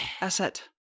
Asset